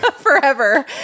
Forever